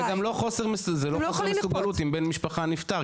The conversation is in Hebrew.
זה גם לא חוסר מסוגלות אם בן משפחה נפטר,